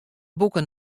boeken